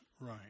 right